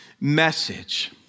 message